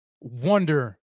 wonder